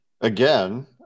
again